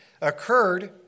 occurred